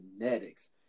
genetics